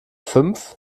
fünf